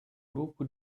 grupo